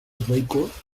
vehicles